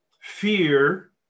fear